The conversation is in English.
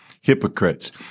hypocrites